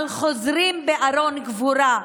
אבל חוזרים בארון קבורה.